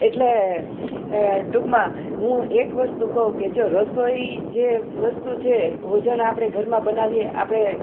એટલે ટૂંકમાં હું એક વસ્તુ કહું કે જો રસોઈ જે વસ્તુ છે એ ભોજન આપણે ઘરમાં બનાવીએ આપણે